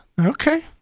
Okay